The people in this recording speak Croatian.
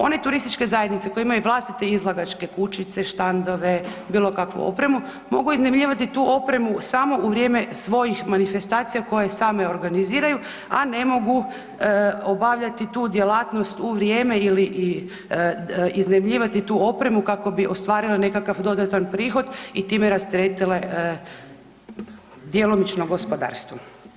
One turističke zajednice koje imaju vlastite izlagačke kućice, štandove, bilo kakvu opremu, mogu iznajmljivati tu opremu samo u vrijeme svojih manifestacija koje same organiziraju, a ne mogu obavljati tu djelatnost u vrijeme ili iznajmljivati tu opremu kako bi ostvario nekakav dodatan prihod i time rasteretile djelomično gospodarstvo.